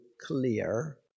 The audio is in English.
clear